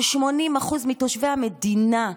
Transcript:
ו-86% מתושבי המדינה,